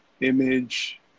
image